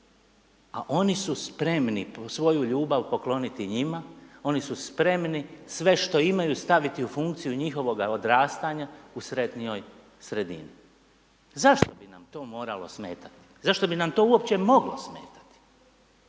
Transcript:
a oni su spremni svoju ljubav pokloniti njima, oni su spremni sve što imaju staviti u funkciju njihovoga odrastanja u sretnijoj sredini. Zašto bi nam to moralo smetati? Zašto bi nam to uopće moglo smetati?